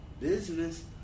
business